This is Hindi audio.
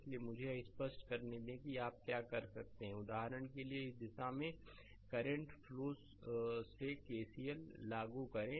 इसलिए मुझे यह स्पष्ट करने दें कि आप क्या कर सकते हैं उदाहरण के लिए इस दिशा में करंट फ्लो से केसीएल लागू करें